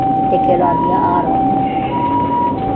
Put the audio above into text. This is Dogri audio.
टिक्के लोआंदियां हार पोआंदियां